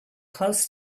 close